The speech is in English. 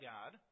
God